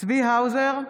צבי האוזר,